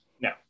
No